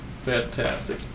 Fantastic